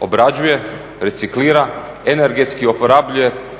obrađuje, reciklira, energetski uporabljuje.